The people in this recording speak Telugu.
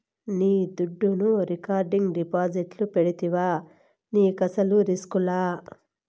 నీ దుడ్డును రికరింగ్ డిపాజిట్లు పెడితివా నీకస్సలు రిస్కులా